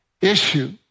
issue